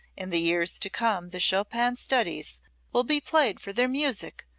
in the years to come the chopin studies will be played for their music,